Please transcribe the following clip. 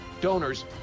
donors